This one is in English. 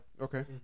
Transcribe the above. Okay